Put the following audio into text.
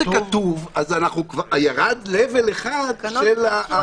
אם זה כתוב, ירדה רמה אחת של הבעיה.